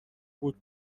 بود